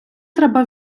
треба